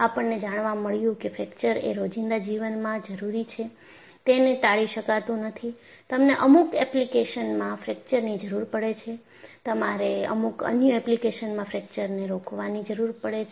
આપણને જાણવા મળ્યું કે ફ્રેક્ચર એ રોજિંદા જીવનમાં જરૂરી છે તેને ટાળી શકાતું નથી તમને અમુક એપ્લિકેશનોમાં ફ્રેક્ચરની જરૂર પડે છે તમારે અમુક અન્ય એપ્લિકેશન્સમાં ફ્રેક્ચરને રોકવાની જરૂર પડે છે